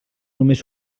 només